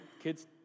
Kids